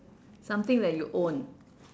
something that you own